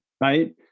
right